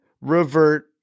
revert